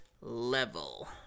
level